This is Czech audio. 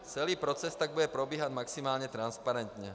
Celý proces tak bude probíhat maximálně transparentně.